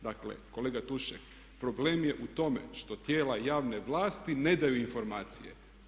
Dakle kolega Tušek problem je u tome što tijela javne vlasti ne daju informacije.